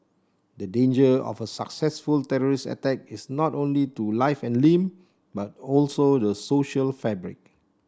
the danger of a successful terrorist attack is not only to life and limb but also the social fabric